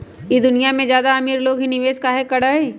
ई दुनिया में ज्यादा अमीर लोग ही निवेस काहे करई?